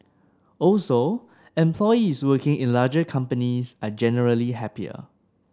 also employees working in larger companies are generally happier